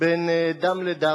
בין דם לדם,